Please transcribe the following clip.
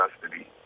custody